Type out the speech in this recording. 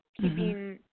keeping